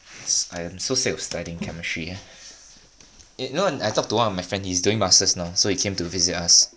I am so sick of studying chemistry ya eh you know I talk to my friend he's doing masters now so he came to visit us